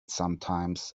sometimes